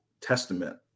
testament